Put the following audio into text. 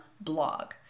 blog